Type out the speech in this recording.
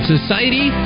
Society